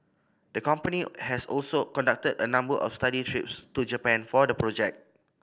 the company has also conducted a number of study trips to Japan for the project